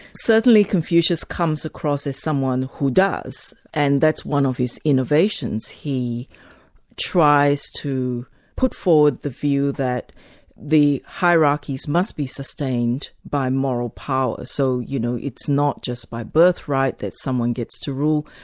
certainly confucius comes across as someone who does, and that's one of his innovations. he tries to put forward the view that the hierarchies must be sustained by moral power. so you know, it's not just by birthright that someone gets to rule,